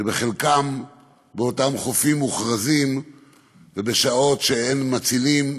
חלקם באותם חופים מוכרזים ובשעות שאין מצילים,